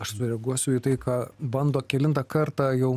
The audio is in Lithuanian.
aš sureaguosiu į tai ką bando kelintą kartą jau